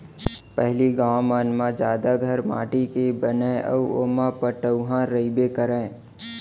पहिली गॉंव मन म जादा घर माटी के बनय अउ ओमा पटउहॉं रइबे करय